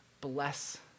bless